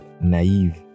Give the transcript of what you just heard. naive